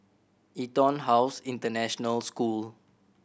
EtonHouse International School